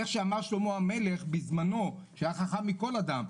איך שאמר שלמה המלך בזמנו שהיה חכם מכל אדם,